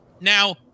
Now